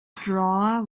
drawer